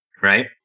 Right